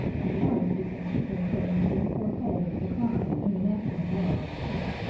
and wise people shook their heads and foretold a decline in the national love of sport.